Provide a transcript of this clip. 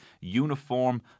uniform